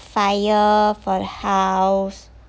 fire for the house